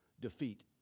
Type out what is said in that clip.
defeat